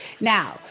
Now